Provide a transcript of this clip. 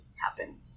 happen